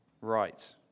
Right